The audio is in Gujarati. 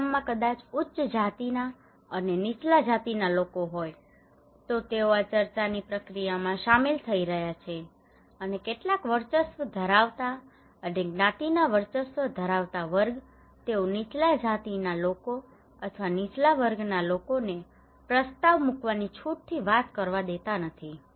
કોઈ ગામમાં કદાચ ઉચ્ચ જાતિના અને નીચલા જાતિના લોકો હોય તો તેઓ આ ચર્ચાની પ્રક્રિયામાં સામેલ થઈ રહ્યા છે અને કેટલાક વર્ચસ્વ ધરાવતા અને જ્ઞાતિના વર્ચસ્વ ધરાવતા વર્ગ તેઓ નીચલા જાતિના લોકો અથવા નીચલા વર્ગના લોકોને પ્રસ્તાવ મૂકવાની છૂટથી વાત કરવા દેતા નથી